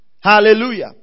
Hallelujah